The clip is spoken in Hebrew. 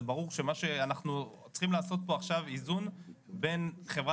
זה ברור שאנחנו צריכים פה לעשות עכשיו איזון בין חברה